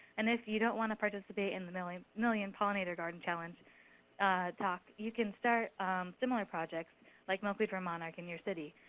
and if you don't want to participate in the million million pollinator garden challenge talk, you can start similar projects like milkweeds for monarchs in your city.